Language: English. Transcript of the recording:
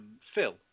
Phil